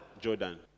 Jordan